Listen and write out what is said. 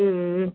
हम्म